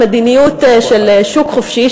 מדיניות של שוק חופשי,